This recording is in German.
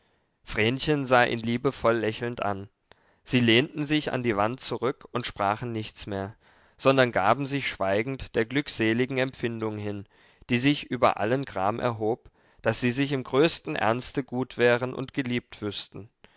vrenchen sah ihn liebevoll lächelnd an sie lehnten sich an die wand zurück und sprachen nichts mehr sondern gaben sich schweigend der glückseligen empfindung hin die sich über allen gram erhob daß sie sich im größten ernste gut wären und geliebt wüßten